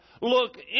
look